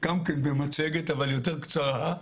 במצגת, אבל יותר קצרה,